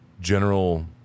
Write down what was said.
general